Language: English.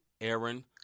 Aaron